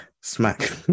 Smack